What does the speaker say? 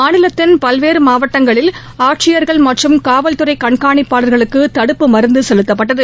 மாநிலத்தின் பல்வேறு மாவட்டங்களில் ஆட்சியர்கள் மற்றம் காவல்துறை கண்காணிப்பாளர்களுக்கு தடுப்பு மருந்து செலுத்தப்பட்டது